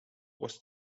was